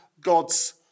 God's